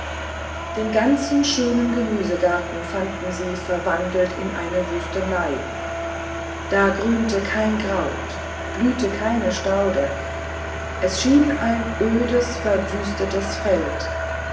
den ganzen schönen gemüsegarten fanden sie verwandelt in eine wüstenei da grünte kein kraut blühte keine staude es schien ein ödes verwüstetes feld